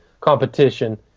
competition